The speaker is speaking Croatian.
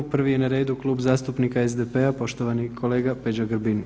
Prvi je na redu Klub zastupnika SDP-a poštovani kolega Peđa Grbin.